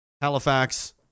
Halifax